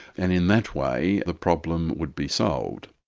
and in that way the problem would be solved.